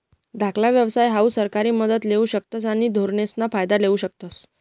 धाकला व्यवसाय हाऊ सरकारी मदत लेवू शकतस आणि धोरणेसना फायदा लेवू शकतस